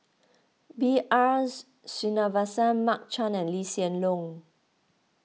B R Sreenivasan Mark Chan and Lee Hsien Loong